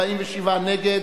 47 נגד,